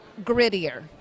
grittier